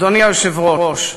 אדוני היושב-ראש,